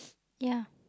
ya